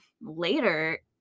later